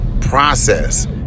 process